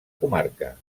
comarca